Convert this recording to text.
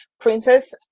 princess